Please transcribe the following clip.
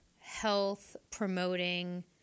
health-promoting